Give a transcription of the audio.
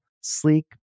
sleek